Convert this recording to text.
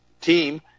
team